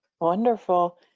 Wonderful